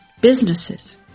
businesses